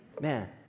Man